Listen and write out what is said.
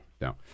no